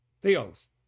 theos